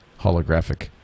holographic